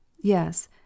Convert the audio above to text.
Yes